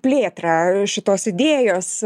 plėtrą šitos idėjos